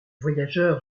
voyageurs